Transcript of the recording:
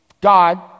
God